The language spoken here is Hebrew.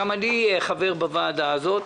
גם אני חבר בוועדה הזאת.